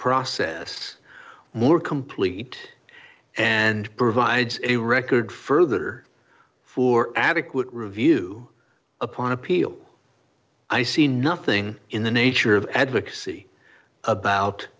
process more complete and provides a record further for adequate review upon appeal i see nothing in the nature of advocacy about